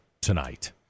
tonight